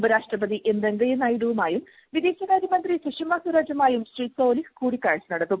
ഉപരാഷ്ട്രപതി എം വെങ്കയ്യ നായിഡുവുമായും വിദേശകാര്യമന്ത്രി സുഷമ സ്വരാജുമായും ശ്രീ സോലിഹ് കൂടിക്കാഴ്ച നടത്തും